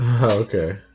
okay